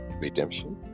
Redemption